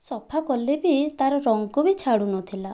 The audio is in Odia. ସଫା କଲେ ବି ତାର ରଙ୍ଗ ବି ଛାଡ଼ୁନଥିଲା